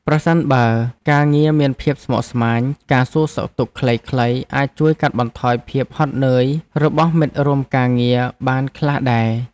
ប្រសិនបើការងារមានភាពស្មុគស្មាញ ការសួរសុខទុក្ខខ្លីៗអាចជួយកាត់បន្ថយភាពហត់នឿយរបស់មិត្តរួមការងារបានខ្លះដែរ។